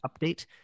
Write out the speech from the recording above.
update